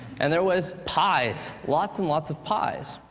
and there was pies, lots and lots of pies.